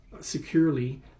securely